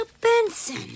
Benson